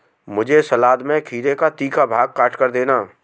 मुझे सलाद में खीरे का तीखा भाग काटकर देना